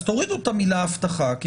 תורידו את המילה הבטחה, כי